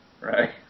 Right